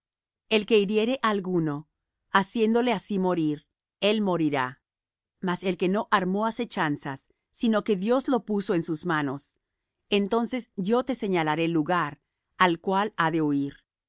el que hiriere á alguno haciéndole así morir él morirá mas el que no armó asechanzas sino que dios lo puso en sus manos entonces yo te señalaré lugar al cual ha de huir